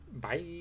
Bye